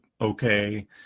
okay